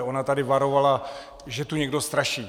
Ona tady varovala, že tu někdo straší.